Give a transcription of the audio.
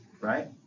right